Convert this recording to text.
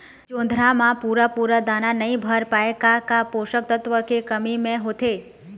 जोंधरा म पूरा पूरा दाना नई भर पाए का का पोषक तत्व के कमी मे होथे?